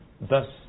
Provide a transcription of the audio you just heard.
thus